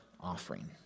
offering